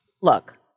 look